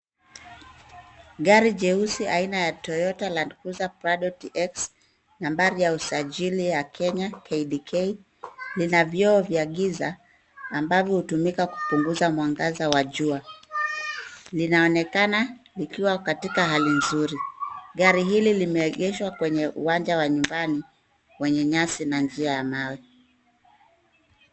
Gari jeusi aina ya Toyota Land Cruiser Prado TX nambari ya usajili ya Kenya KDK lina vioo vya giza ambavyo hutumika kupunguza mwangaza wa jua. Linaonekana likiwa katika hali nzuri. Gari hili limeegeshwa kwenye uwanja wa nyumbani wenye nyasi na njia ya mawe.